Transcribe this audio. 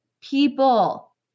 people